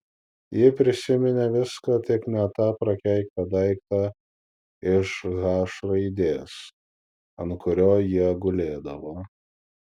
ji prisiminė viską tik ne tą prakeiktą daiktą iš h raidės ant kurio jie gulėdavo